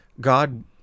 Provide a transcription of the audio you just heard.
God